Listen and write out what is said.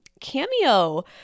cameo